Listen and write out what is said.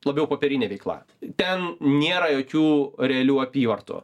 labiau popierinė veikla ten nėra jokių realių apyvartų